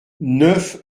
neuf